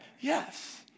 Yes